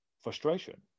frustration